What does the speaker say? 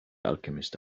alchemist